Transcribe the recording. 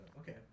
Okay